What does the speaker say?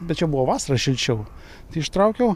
bet čia buvo vasarą šilčiau tai ištraukiau